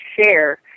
share